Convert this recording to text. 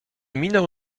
minął